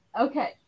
Okay